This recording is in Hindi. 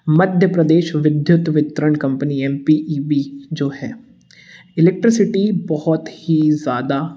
मध्य प्रदेश विद्युत वितरण company M P E B जो है इलेक्ट्रिसिटी बहुत ही ज़्यादा